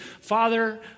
Father